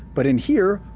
but in here,